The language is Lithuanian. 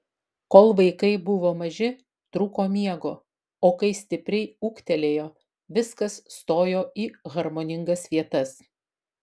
kol vaikai buvo maži trūko miego o kai stipriai ūgtelėjo viskas stojo į harmoningas vietas